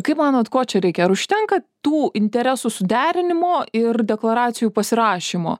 kaip manot ko čia reikia ar užtenka tų interesų suderinimo ir deklaracijų pasirašymo